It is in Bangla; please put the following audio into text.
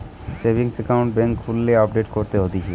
সেভিংস একাউন্ট বেংকে খুললে আপডেট করতে হতিছে